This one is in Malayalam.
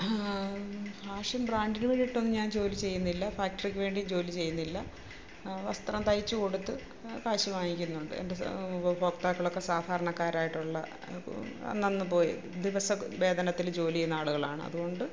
ഫാഷൻ ബ്രാൻഡിന് വേണ്ടിയിട്ടൊന്നും ഞാൻ ജോലി ചെയ്യുന്നില്ല ഫാക്ടറിക്ക് വേണ്ടി ജോലി ചെയ്യുന്നില്ല വസ്ത്രം തയ്ച്ച് കൊടുത്ത് കാശ് വാങ്ങിക്കുന്നുണ്ട് എൻ്റെ ഉപഭോക്താക്കളൊക്കെ സാധാരണക്കാരായിട്ടുള്ള അന്നന്ന് പോയി ദിവസ വേതനത്തിൽ ജോലി ചെയ്യുന്ന ആളുകളാണ് അതുകൊണ്ട്